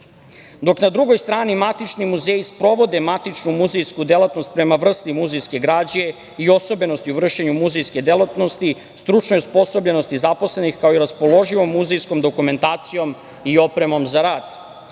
na drugoj strani matični muzeji sprovode matičnu muzejsku delatnost prema vrsti muzejske građe i osobenosti vršenju muzejske delatnosti, stručnoj osposobljenosti zaposlenih, kao i raspoloživom muzejskom dokumentacijom i opremom za rad.U